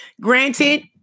Granted